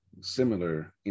similar